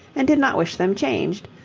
and did not wish them changed,